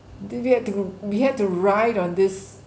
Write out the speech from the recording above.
d~ we had to we had to ride on this